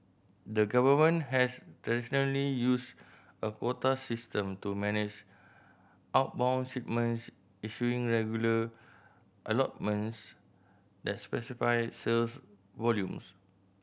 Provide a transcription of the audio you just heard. the government has traditionally used a quota system to manage outbound shipments issuing regular allotments that specify sales volumes